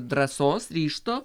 drąsos ryžto